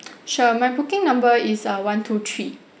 sure my booking number is uh one two three